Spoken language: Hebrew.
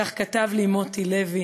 כך כתב לי מוטי לוי,